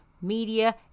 media